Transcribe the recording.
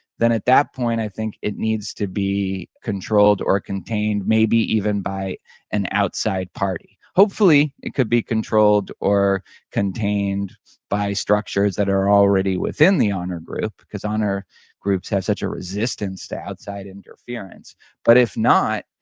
then at that point i think it needs to be controlled or contained, maybe even by an outside party. hopefully it could be controlled or contained by structures that are already within the honor group, because honor groups have such a resistance to outside interference but if not,